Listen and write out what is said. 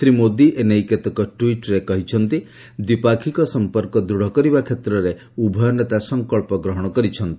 ଶ୍ରୀ ମୋଦି ଏ ନେଇ କେତେକ ଟ୍ୱିଟ୍ରେ କହିଛନ୍ତି ଦ୍ୱିପାକ୍ଷିକ ସଂପର୍କ ଦୂଢ଼ କରିବା କ୍ଷେତ୍ରରେ ଉଭୟ ନେତା ସଂକଳ୍ପ ଗ୍ରହଣ କରିଛନ୍ତି